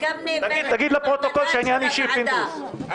בקיצור תגיד לפרוטוקול שהעניין אישי, פינדרוס.